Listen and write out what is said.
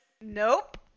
Nope